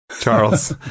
Charles